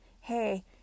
hey